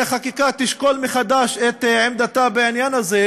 חקיקה תשקול מחדש את עמדתה בעניין הזה,